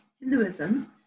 Hinduism